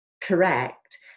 correct